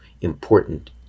important